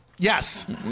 yes